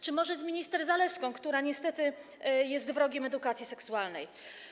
Czy może z minister Zalewską, która niestety jest wrogiem edukacji seksualnej?